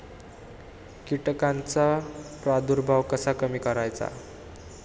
कीटकांचा प्रादुर्भाव कसा कमी करायचा?